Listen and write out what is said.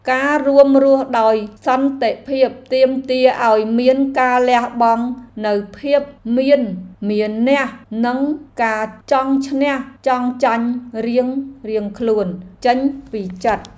ការរួមរស់ដោយសន្តិភាពទាមទារឱ្យមានការលះបង់នូវភាពមានមានះនិងការចង់ឈ្នះចង់ចាញ់រៀងៗខ្លួនចេញពីចិត្ត។